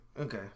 Okay